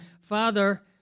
Father